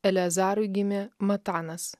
eleazarui gimė matanas